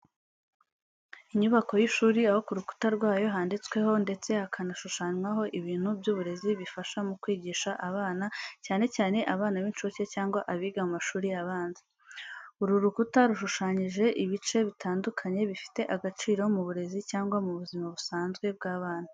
Inyubako y’ishuri aho ku rukuta rwayo handitsweho ndetse hakanashushanwaho ibintu by’uburezi bifasha mu kwigisha abana, cyane cyane abana b’incuke cyangwa abiga mu mashuri abanza. Uru rukuta rushushanyije ibice bitandukanye bifite agaciro mu burezi cyangwa mu buzima busanzwe bw’abana.